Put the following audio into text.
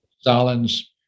Stalin's